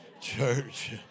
church